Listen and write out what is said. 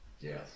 Yes